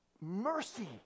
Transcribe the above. mercy